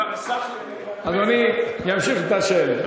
אדוני ימשיך את השאלה.